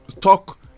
talk